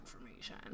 information